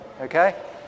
okay